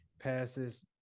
passes